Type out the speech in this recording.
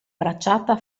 bracciata